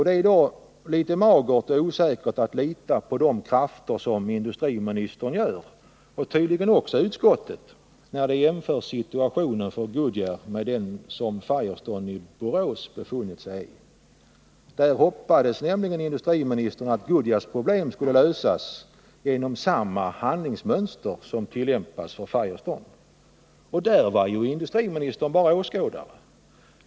Det är då litet magert och osäkert att lita på de krafter som industriministern, och tydligen också utskottet, litar på när de jämför situationen för Goodyear med den som Firestone i Borås befunnit sig i. Industriministern hoppades nämligen att Goodyears problem skulle lösas genom samma handlingsmönster som tillämpats för Firestone. Och där var industriministern bara åskådare.